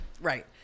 right